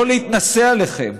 לא להתנשא עליכם,